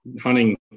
hunting